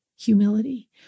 Humility